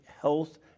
Health